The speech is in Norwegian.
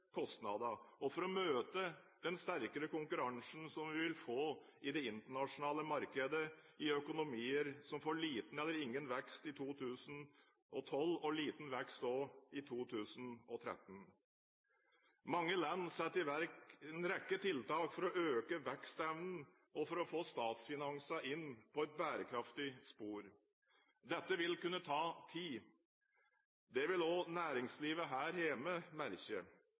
og for å møte den sterkere konkurransen som vi vil få i det internasjonale markedet, i økonomier som får liten eller ingen vekst i 2012, og liten vekst også i 2013. Mange land setter i verk en rekke tiltak for å øke vekstevnen og for å få statsfinansene inn på et bærekraftig spor. Dette vil kunne ta tid. Det vil også næringslivet her hjemme merke.